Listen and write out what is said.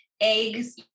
eggs